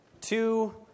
two